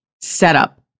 setup